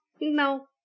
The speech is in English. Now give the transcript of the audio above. No